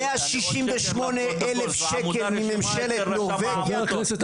168,000 שקל ממשלת נורבגיה --- סמי,